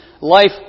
life